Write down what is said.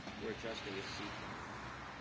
we're adjusting a seat belt right now.